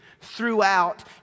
throughout